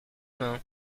mains